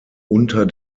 unter